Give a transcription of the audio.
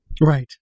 Right